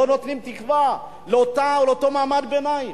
לא נותנים תקווה לאותו מעמד ביניים.